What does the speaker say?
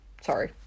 Sorry